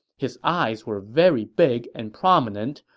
his eyes were very big and prominent,